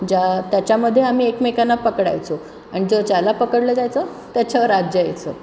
ज्या त्याच्यामध्ये आम्ही एकमेकांना पकडायचो आणि जो ज्याला पकडलं जायचं त्याच्यावर राज्य यायचं